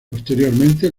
posteriormente